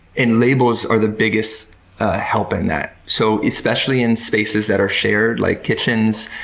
and labels are the biggest help in that, so especially in spaces that are shared, like kitchens.